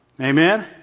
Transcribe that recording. Amen